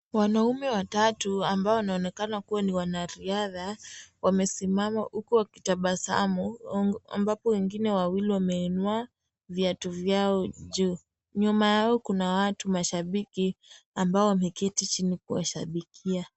Wanaume watatu ambao wanaonekana kuwa ni wanariadha, wamesimama huku wakitabasamu ambapo wengine wawili wameinua viatu vyao juu. Nyuma yao kuna watu mashabiki ambao wameketi chini kuwashabikia.